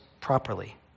properly